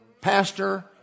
pastor